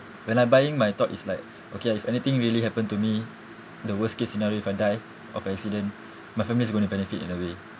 when I buying my thought is like okay if anything really happen to me the worst case scenario if I die of accident my family is going to benefit in a way